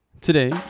today